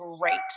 great